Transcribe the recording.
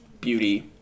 beauty